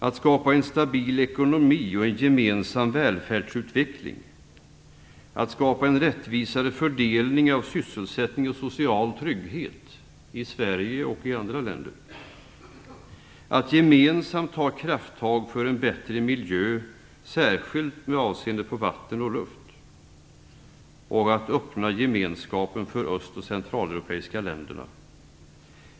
Att skapa en stabil ekonomi och en gemensam välfärdsutveckling. Att skapa en rättvisare fördelning av sysselsättning och social trygghet i Sverige och i andra länder. Att gemensamt ta krafttag för en bättre miljö, särskilt med avseende på vatten och luft. Att öppna Gemenskapen för de öst och centraleuropeiska länderna.